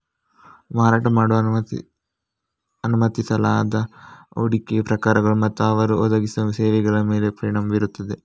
ಮಾರಾಟ ಮಾಡಲು ಅನುಮತಿಸಲಾದ ಹೂಡಿಕೆಗಳ ಪ್ರಕಾರಗಳು ಮತ್ತು ಅವರು ಒದಗಿಸುವ ಸೇವೆಗಳ ಮೇಲೆ ಪರಿಣಾಮ ಬೀರುತ್ತದೆ